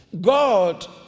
God